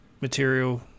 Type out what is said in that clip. material